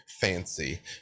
fancy